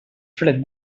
fred